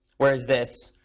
whereas this,